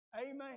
Amen